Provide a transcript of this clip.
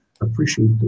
Appreciate